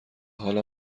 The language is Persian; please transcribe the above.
حالا